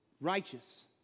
Righteous